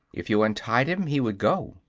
if you untied him, he would go.